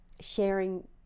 sharing